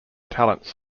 talents